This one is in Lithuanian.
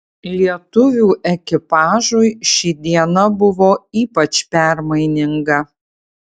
lietuvių ekipažui ši diena buvo ypač permaininga